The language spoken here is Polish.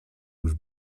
już